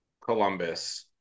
Columbus –